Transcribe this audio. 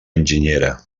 enginyera